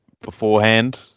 beforehand